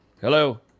Hello